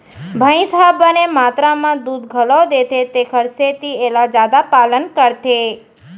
भईंस ह बने मातरा म दूद घलौ देथे तेकर सेती एला जादा पालन करथे